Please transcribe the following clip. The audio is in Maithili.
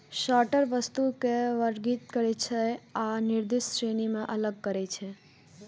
सॉर्टर वस्तु कें वर्गीकृत करै छै आ निर्दिष्ट श्रेणी मे अलग करै छै